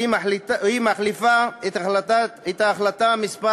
והיא מחליפה את החלטה מס'